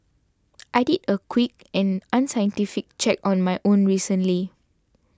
I did a quick and unscientific check of my own recently